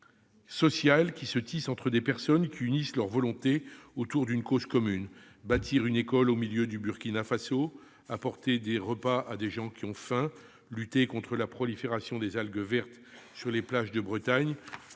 social qui se tisse entre des personnes unissant leur volonté autour d'une cause commune : bâtir une école au milieu du Burkina Faso, apporter des repas à des gens qui ont faim, lutter contre la prolifération des algues vertes sur les plages de Bretagne.